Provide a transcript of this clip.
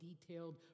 detailed